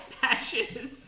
patches